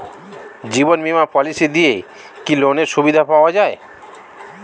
জীবন বীমা পলিসি দিয়ে কি লোনের সুবিধা পাওয়া যায়?